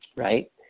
Right